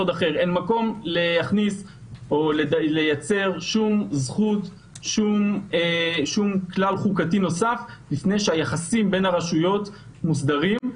אין מקום לייצר שום כלל חוקתי נוסף לפני שהיחסים בין הרשויות מוסדרים.